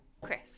Chris